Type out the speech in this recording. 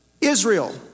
Israel